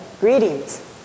Greetings